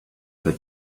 but